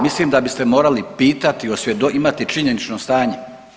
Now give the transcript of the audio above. Mislim da biste morali pitati, .../nerazumljivo/... imati činjenično stanje.